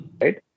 right